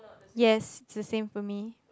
yes is the same for me